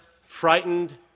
frightened